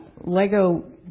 Lego